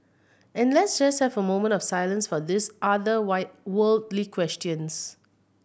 and let's just have a moment of silence for these other worldly questions